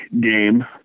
game